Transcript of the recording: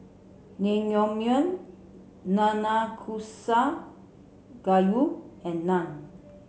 Naengmyeon Nanakusa Gayu and Naan